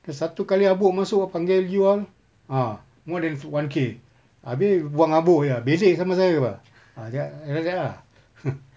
dia satu kali habuk masuk ah panggil you all ah more than one K habis buang habuk jer belek sama saya ke apa ah tha~ like that ah